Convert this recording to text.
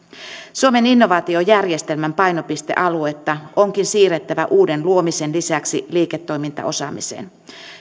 suomen innovaatiojärjestelmän painopistealuetta onkin siirrettävä uuden luomisen lisäksi liiketoimintaosaamiseen